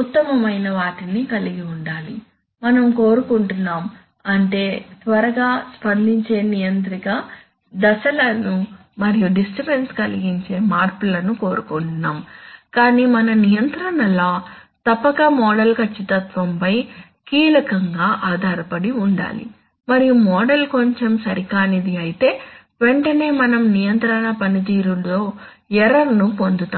ఉత్తమమైన వాటిని కలిగి ఉండాలని మనం కోరుకుంటున్నాము అంటే త్వరగా స్పందించే నియంత్రిక దశలను మరియు డిస్టర్బన్స్ కలిగించే మార్పులను కోరుకుంటున్నాము కాని మన నియంత్రణ లా తప్పక మోడల్ ఖచ్చితత్వంపై కీలకంగా ఆధారపడి ఉండాలి మరియు మోడల్ కొంచెం సరికానిది అయితే వెంటనే మనం నియంత్రణ పనితీరులో ఎర్రర్ ను పొందుతాము